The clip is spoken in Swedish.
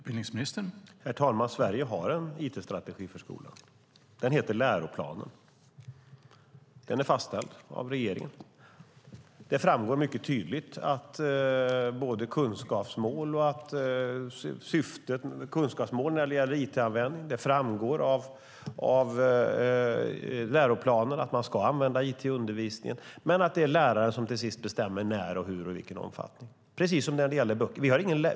Herr talman! Sverige har en it-strategi för skolan. Den heter Läroplan för skolan. Den är fastställd av regeringen. Där framgår kunskapsmålen mycket tydligt när det gäller it-användning. Det framgår av läroplanen att man ska använda it i undervisningen, men att det är läraren som till sist bestämmer när, hur och i vilken omfattning, precis som när det gäller böcker.